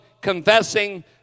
confessing